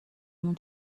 اون